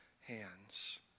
hands